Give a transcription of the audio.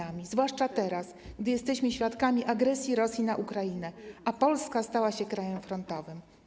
Jest to istotne zwłaszcza teraz, gdy jesteśmy świadkami agresji Rosji na Ukrainę, a Polska stała się krajem frontowym.